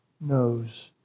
knows